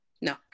No